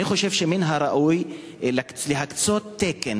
אני חושב שמן הראוי להקצות תקן,